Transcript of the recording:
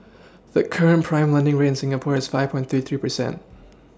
the current prime lending rate in Singapore is five point thirty three percent